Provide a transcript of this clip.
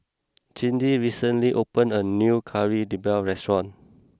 Cindi recently opened a new Kari Debal restaurant